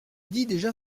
déjà